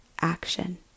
action